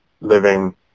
living